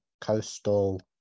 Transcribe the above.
coastal